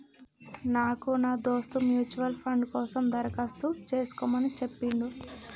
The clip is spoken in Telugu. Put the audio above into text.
నాకు నా దోస్త్ మ్యూచువల్ ఫండ్ కోసం దరఖాస్తు చేసుకోమని చెప్పిండు